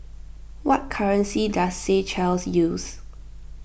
what currency does Seychelles use